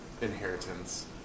inheritance